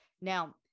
Now